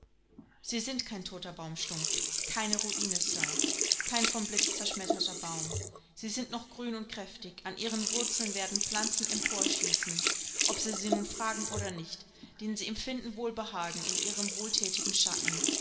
sie sind kein toter baumstumpf keine ruine sir kein vom blitz zerschmetterter baum sie sind noch grün und kräftig an ihren wurzeln werden pflanzen emporschießen ob sie sie nun fragen oder nicht denn sie empfinden wohlbehagen in ihrem wohlthätigen schatten